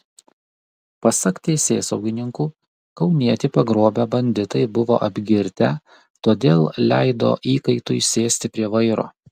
pasak teisėsaugininkų kaunietį pagrobę banditai buvo apgirtę todėl leido įkaitui sėsti prie vairo